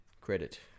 credit